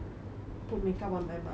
put make up on my mask